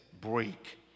break